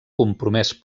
compromès